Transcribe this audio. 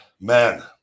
man